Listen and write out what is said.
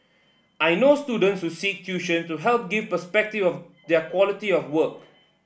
I know students who seek tuition to help give perspective of their quality of work